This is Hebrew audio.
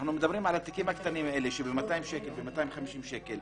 אנחנו מדברים על התיקים הקטנים האלה ב-200 שקל וב-250 שקל,